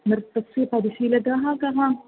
नृत्यस्य परिशीलकः कः